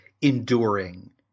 enduring